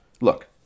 look